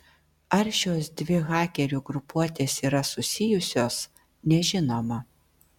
ar šios dvi hakerių grupuotės yra susijusios nežinoma